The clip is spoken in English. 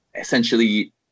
essentially